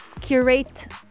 curate